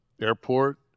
airport